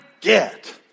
get